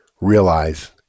realize